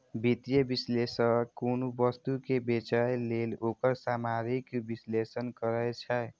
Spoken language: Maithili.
वित्तीय विश्लेषक कोनो वस्तु कें बेचय लेल ओकर सामरिक विश्लेषण करै छै